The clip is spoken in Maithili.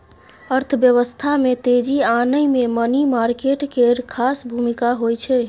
अर्थव्यवस्था में तेजी आनय मे मनी मार्केट केर खास भूमिका होइ छै